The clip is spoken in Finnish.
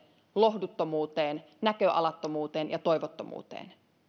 lohduttomuuteen näköalattomuuteen ja toivottomuuteen